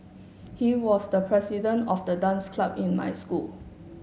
he was the president of the dance club in my school